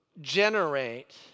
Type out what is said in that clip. generate